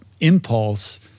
impulse